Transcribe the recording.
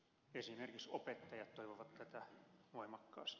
esimerkiksi opettajat toivovat tätä voimakkaasti